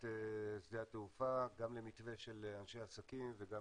שדה התעופה גם למתווה של אנשי עסקים וגם